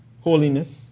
holiness